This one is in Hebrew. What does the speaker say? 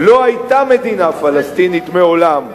לא היתה מדינה פלסטינית מעולם.